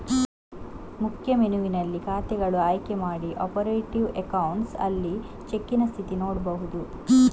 ಮುಖ್ಯ ಮೆನುವಿನಲ್ಲಿ ಖಾತೆಗಳು ಆಯ್ಕೆ ಮಾಡಿ ಆಪರೇಟಿವ್ ಅಕೌಂಟ್ಸ್ ಅಲ್ಲಿ ಚೆಕ್ಕಿನ ಸ್ಥಿತಿ ನೋಡ್ಬಹುದು